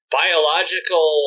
biological